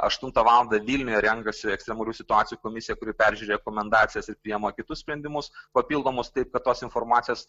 aštuntą valandą vilniuje renkasi ekstremalių situacijų komisija kuri peržiūri rekomendacijas ir priėma kitus sprendimus papildomus taip kad tos informacijos